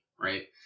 right